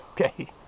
Okay